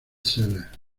seller